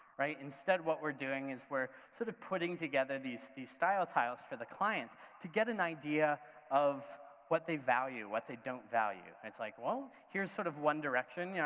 instead what we're doing is we're sort of putting together these these style tiles for the client to get an idea of what they value, what they don't value. it's like, well, here's sort of one direction, yeah